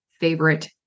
favorite